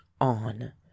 on